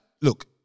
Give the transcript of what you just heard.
look